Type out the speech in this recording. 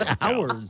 hours